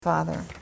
Father